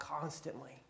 constantly